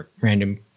random